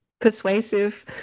persuasive